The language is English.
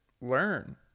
Learn